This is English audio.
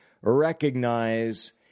recognize